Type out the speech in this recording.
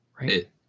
Right